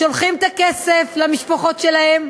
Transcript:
שולחים את הכסף למשפחות שלהם.